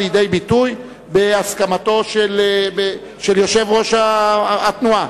לידי ביטוי בהסכמתו של יושב-ראש התנועה?